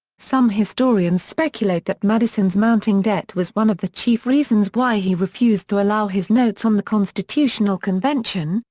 some historians speculate that madison's mounting debt was one of the chief reasons why he refused to allow his notes on the constitutional convention,